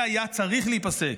זה היה צריך להיפסק,